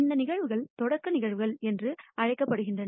இந்த நிகழ்வுகள் தொடக்க நிகழ்வுகள் என்று அழைக்கப்படுகின்றன